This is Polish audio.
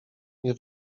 nie